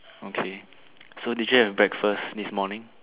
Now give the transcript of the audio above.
okay so did you have breakfast this morning